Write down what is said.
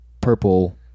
purple